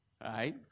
right